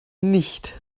nicht